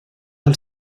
del